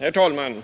Herr talman!